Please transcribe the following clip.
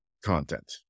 content